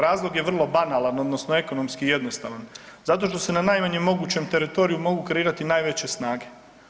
Razlog je vrlo banalan odnosno ekonomski jednostavan zato što se najmanjem mogućem teritoriju mogu kreirati najveće snage.